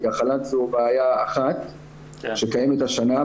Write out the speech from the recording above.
כי החל"ת זו בעיה אחת שקיימת השנה,